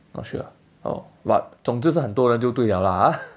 not sure ah oh but 总之是很多人就对了啦 ah